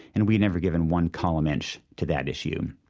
and we'd never given one column inch to that issue.